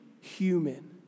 human